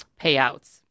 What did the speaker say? payouts